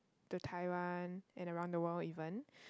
to Taiwan and around the world even